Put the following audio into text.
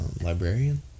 librarian